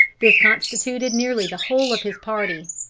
this constituted nearly the whole of his party.